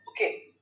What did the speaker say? okay